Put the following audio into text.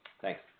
Thanks